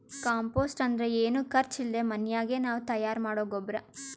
compost ಅಂದ್ರ ಏನು ಖರ್ಚ್ ಇಲ್ದೆ ಮನ್ಯಾಗೆ ನಾವೇ ತಯಾರ್ ಮಾಡೊ ಗೊಬ್ರ